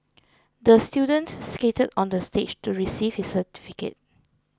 the student skated onto the stage to receive his certificate